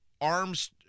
arms